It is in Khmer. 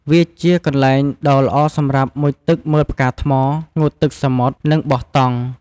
វាជាកន្លែងដ៏ល្អសម្រាប់ មុជទឹកមើលផ្កាថ្ម ងូតទឹកសមុទ្រ និងបោះតង់។